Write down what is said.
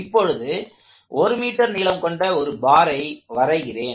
இப்பொழுது 1 மீட்டர் நீளம் கொண்ட ஒரு பாரை வரைகிறேன்